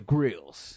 Grills